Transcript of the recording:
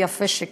ויפה שכך.